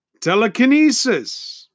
Telekinesis